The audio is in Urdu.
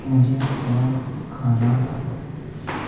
مجھے تھوڑا کھانا لا دو